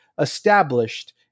established